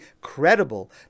credible